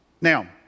Now